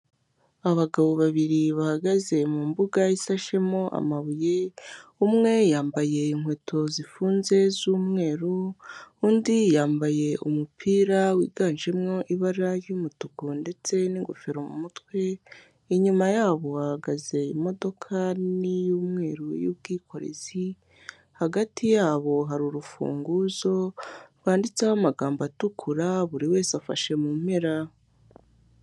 Abagabo babiri bahagaze mu mbuga isashemo amabuye, umwe yambaye inkweto zifunze z'umweru, undi yambaye umupira wiganjemo ibara ry'umutuku ndetse n'ingofero mu mutwe, inyuma yabo hahagaze imodoka nini y'umweru y'ubwikorezi, hagati yabo hari urufunguzo rwanditseho amagambo atukura buri wese afashe mu mpera.